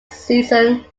season